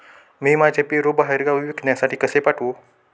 मी माझे पेरू बाहेरगावी विकण्यासाठी कसे पाठवू?